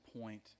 point